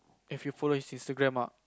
if you follow his instagram ah